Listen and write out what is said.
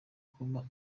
kuba